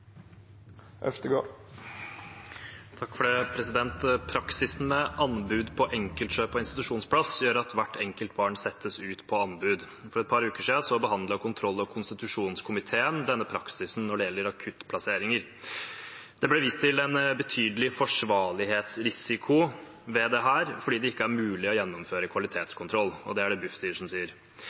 Praksisen med anbud på enkeltkjøp av institusjonsplass gjør at hvert enkelt barn settes ut på anbud. For et par uker siden behandlet kontroll- og konstitusjonskomiteen denne praksisen når det gjelder akuttplasseringer. Det ble vist til en betydelig forsvarlighetsrisiko ved dette fordi det ikke er mulig å gjennomføre kvalitetskontroll, og det er det Bufdir som sier.